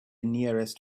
nearest